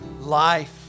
life